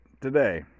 today